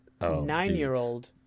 nine-year-old